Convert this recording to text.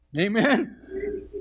Amen